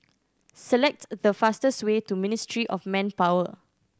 select the fastest way to Ministry of Manpower